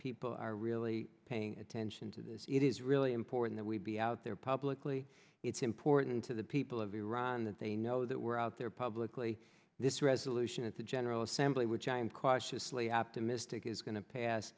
people are really paying attention to this it is really important that we be out there publicly important to the people of iran that they know that we're out there publicly this resolution at the general assembly which i am cautiously optimistic is going to pass